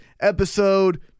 episode